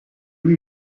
lui